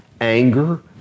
anger